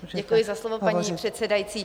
Děkuji za slovo, paní předsedající.